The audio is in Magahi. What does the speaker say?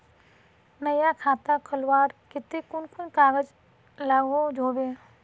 नया खाता खोलवार केते कुन कुन कागज लागोहो होबे?